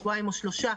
שבועיים או שלושה,